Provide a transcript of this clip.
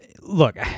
Look